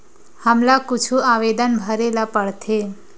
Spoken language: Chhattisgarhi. हमला कुछु आवेदन भरेला पढ़थे?